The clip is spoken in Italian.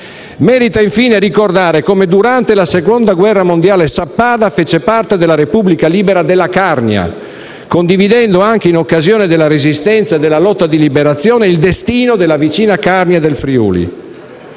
Merita infine ricordare come durante la Seconda guerra mondiale Sappada fece parte della Repubblica libera della Carnia, condividendo, anche in occasione della Resistenza e della lotta di Liberazione, il destino della vicina Carnia e del Friuli.